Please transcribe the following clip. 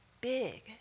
big